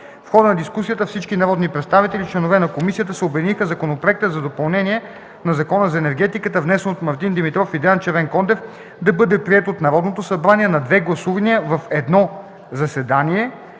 В хода на дискусията всички народни представители, членове на комисията, се обединиха законопроектът за допълнение на Закона за енергетиката, внесен от Мартин Димитров и Диан Червенкондев, да бъде приет от Народното събрание на две гласувания в едно заседание,